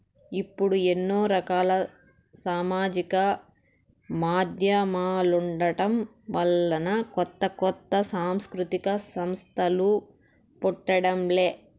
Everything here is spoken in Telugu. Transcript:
ఇప్పుడు ఎన్నో రకాల సామాజిక మాధ్యమాలుండటం వలన కొత్త కొత్త సాంస్కృతిక సంస్థలు పుట్టడం లే